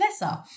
lesser